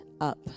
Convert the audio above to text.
up